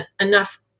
enough